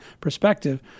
perspective